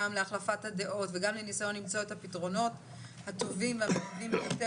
גם להחלפת הדעות וגם לניסיון למצוא את הפתרונות הטובים